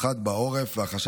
בשם יושב-ראש ועדת החוקה,